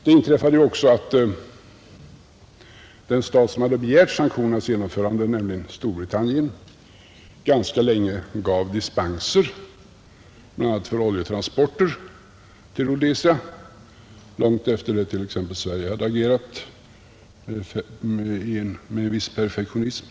Det inträffade också att den stat som hade begärt sanktionernas genomförande, nämligen Storbritannien, ganska länge gav dispenser, bl.a. för oljetransporter till Rhodesia, långt efter det att t.ex. Sverige hade agerat med en viss perfektionism.